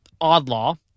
Oddlaw